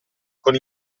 con